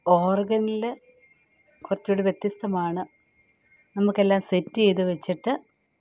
ഓർഗനിൽ കുറച്ചുകൂടി വ്യത്യസ്തമാണ് നമുക്കെല്ലാം സെറ്റ് ചെയ്തു വെച്ചിട്ട്